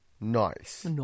Nice